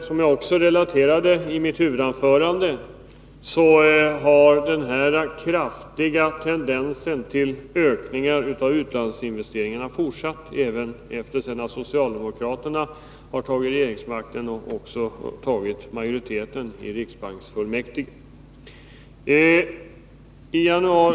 Som jag också relaterade i mitt huvudanförande har denna kraftiga tendens till ökningar av utlandsinvesteringarna fortsatt även sedan socialdemokraterna övertagit regeringsmakten och också fått majoriteten i riksbanksfullmäktige.